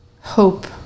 hope